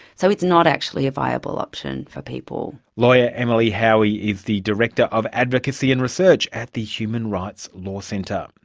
so it's not actually a viable option for people. lawyer emily howie is the director of advocacy and research at the human rights law centre.